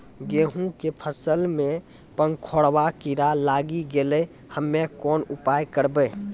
गेहूँ के फसल मे पंखोरवा कीड़ा लागी गैलै हम्मे कोन उपाय करबै?